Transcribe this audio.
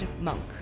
monk